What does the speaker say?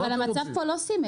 אבל המצב פה לא סימטרי,